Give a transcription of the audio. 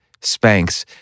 Spanx